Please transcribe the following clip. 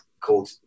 called